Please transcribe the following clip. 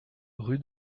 rue